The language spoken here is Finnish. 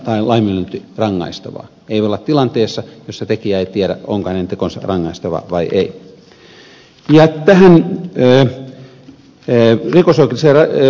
ei voi olla tilanteessa jossa tekijä ei tiedä onko hänen tekonsa rangaistava vai ei